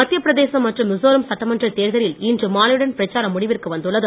மத்தியப்பிரதேசம் மற்றும் மிசோராம் சட்டமன்றத் தேர்தலில் இன்று மாலையுடன் பிரச்சாரம் முடிவிற்கு வந்துள்ளது